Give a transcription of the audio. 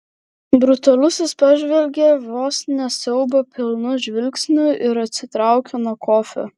brutalusis pažvelgė vos ne siaubo pilnu žvilgsniu ir atsitraukė nuo kofio